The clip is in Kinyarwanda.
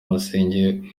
umusingi